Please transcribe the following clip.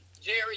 Jerry